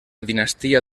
dinastia